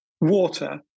water